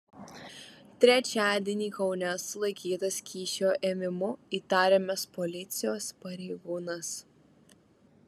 trečiadienį kaune sulaikytas kyšio ėmimu įtariamas policijos pareigūnas